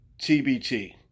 TBT